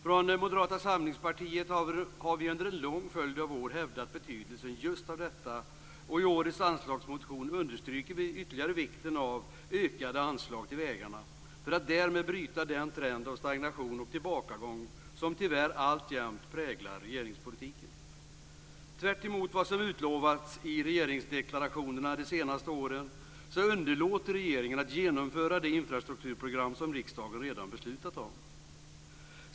Från Moderata samlingspartiet har vi under en lång följd av år hävdat betydelsen av just detta, och i årets anslagsmotion understryker vi ytterligare vikten av ökade anslag till vägarna för att därmed bryta den trend av stagnation och tillbakagång som tyvärr alltjämt präglar regeringspolitiken. Tvärtemot vad som utlovats i regeringsdeklarationerna de senaste åren underlåter regeringen att genomföra det infrastrukturprogram som riksdagen redan beslutat om.